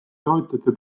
tootjate